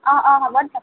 অঁ অঁ হ'ব দিয়ক